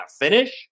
finish